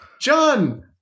John